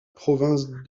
province